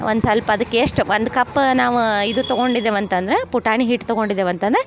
ಒಂದು ಸ್ವಲ್ಪ ಅದಕ್ಕೆ ಎಷ್ಟು ಒಂದು ಕಪ್ ನಾವ ಇದು ತಗೊಂಡಿದೇವೆ ಅಂತಂದ್ರ ಪುಟಾಣಿ ಹಿಟ್ಟು ತಗೊಂಡಿದೇವೆ ಅಂತಂದ್ರ